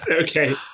okay